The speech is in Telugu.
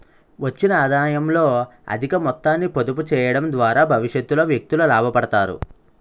వచ్చిన ఆదాయంలో అధిక మొత్తాన్ని పొదుపు చేయడం ద్వారా భవిష్యత్తులో వ్యక్తులు లాభపడతారు